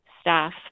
staff